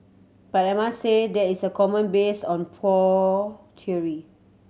but I must say there is a comment based on pure theory